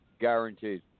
guaranteed